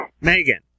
megan